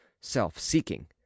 self-seeking